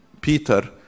Peter